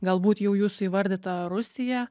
galbūt jau jūsų įvardyta rusija